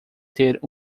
ter